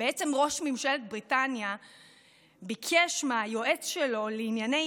ראש ממשלת בריטניה ביקש מהיועץ שלו לענייני